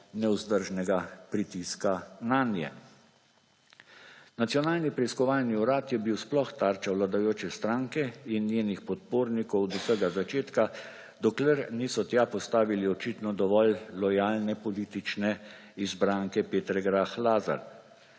nevzdržnega pritiska nanje. Nacionalni preiskovalni urad je bil sploh tarča vladajoče stranke in njenih podpornikov od vsega začetka, dokler niso tja postavili očitno dovolj lojalne politične izbranke Petre Grah Lazar.